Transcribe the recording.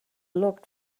looked